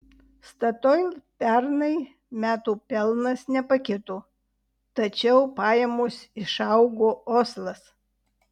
statoil pernai metų pelnas nepakito tačiau pajamos išaugo oslas